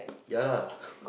ya lah